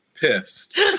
pissed